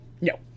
No